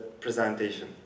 presentation